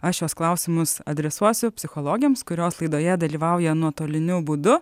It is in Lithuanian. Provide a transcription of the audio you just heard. aš šiuos klausimus adresuosiu psichologėms kurios laidoje dalyvauja nuotoliniu būdu